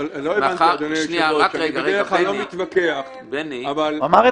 לא הבנתי מה הוא אמר.